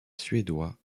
suédois